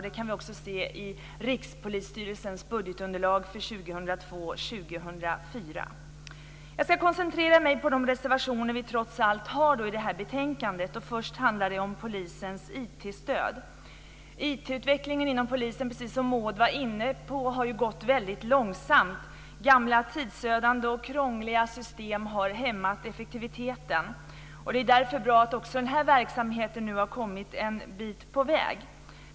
Det kan man också se i Rikspolisstyrelsens budgetunderlag för 2002-2004. Jag ska koncentrera mig på de reservationer som vi trots allt har till detta betänkande. Först handlar det om polisens IT-stöd. IT-utvecklingen inom polisen har, precis som Maud Ekendahl var inne på, gått väldigt långsamt. Gamla tidsödande och krångliga system har hämmat effektiviteten. Det är därför bra att också den här verksamheten nu har kommit en bit på väg.